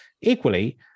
equally